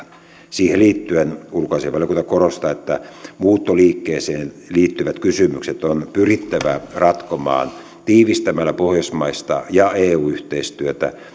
siihen liittyen ulkoasiainvaliokunta korostaa että muuttoliikkeeseen liittyvät kysymykset on pyrittävä ratkomaan tiivistämällä pohjoismaista ja eu yhteistyötä